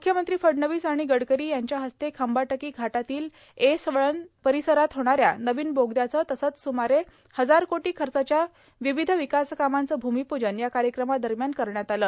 मुख्यमंत्री फडणवीस आणि गडकरी यांच्या हस्ते खंबाटकी घाटातील एस वळण परिसरात होणाऱ्या नवीन बोगद्याचे तसेच सुमारे हजार कोटी खर्चाच्या विविध विकासकामांचे भूमिपूजन या कार्यक्रमादरम्यान झालं